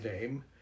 name